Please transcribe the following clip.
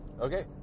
Okay